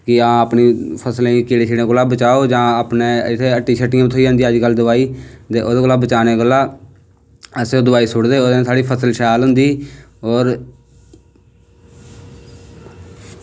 की आं अपनी फसलें गी कीड़ें शीड़ें कोलाल बचाओ जां इत्थें अपनी हट्टी बी थ्होई जंदी दोआई ते ओह्दे कोला बचाने कोला अस दोआई सुट्टदे ते साढ़ी फसल शैल होंदी होर